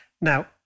Now